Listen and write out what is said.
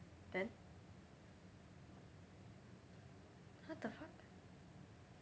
then what the fuck